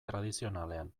tradizionalean